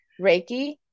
Reiki